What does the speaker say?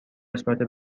قسمت